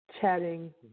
chatting